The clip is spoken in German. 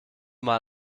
mal